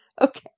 Okay